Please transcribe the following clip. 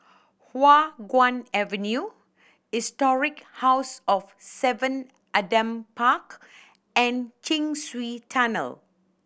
Hua Guan Avenue Historic House of Seven Adam Park and Chin Swee Tunnel